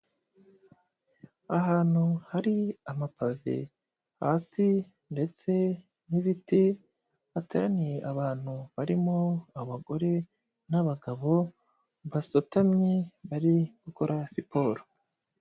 Ahantu hari amapave hasi ndetse n'ibiti, hateraniye abantu barimo abagore n'abagabo, basutamye bari gukora siporo.